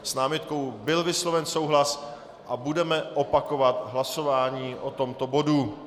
S námitkou byl vysloven souhlas a budeme opakovat hlasování o tomto bodu.